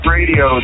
Radio